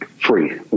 free